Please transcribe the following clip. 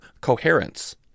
coherence